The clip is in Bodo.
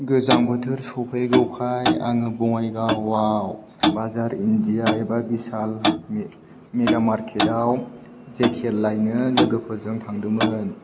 गोजां बोथोर सफैगौखाय आङो बङाइगावआव बाजार इण्डिया एबा भिशाल मेगा मार्केटाव जेकेट लायनो लोगोफोरजों थांदोंमोन